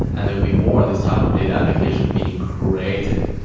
and there'd be more of these type of data application being created.